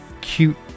cute